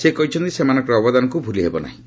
ସେ କହିଛନ୍ତି ସେମାନଙ୍କର ଅବଦାନକୁ ଭୁଲିହେବ ନାହିଁ